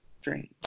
Strange